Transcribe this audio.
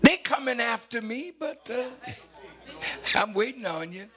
they come in after me but i'm waiting on